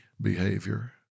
behavior